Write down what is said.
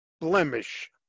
blemish